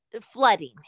flooding